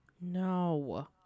No